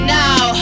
now